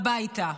הביתה.